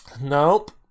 Nope